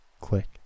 click